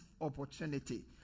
opportunity